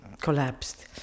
collapsed